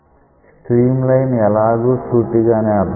stream line ఎలాగూ సూటిగానే అర్ధం అవుతుంది